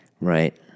Right